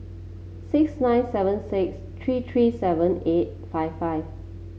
six nine seven six three three seven eight five five